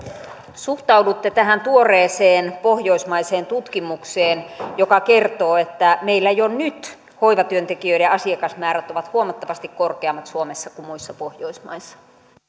suhtaudutte tähän tuoreeseen pohjoismaiseen tutkimukseen joka kertoo että meillä jo nyt hoivatyöntekijöiden asiakasmäärät ovat huomattavasti korkeammat suomessa kuin muissa pohjoismaissa